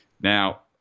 Now